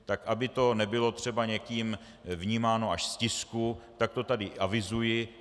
Tak aby to nebylo třeba někým vnímáno až z tisku, tak to tady avizuji.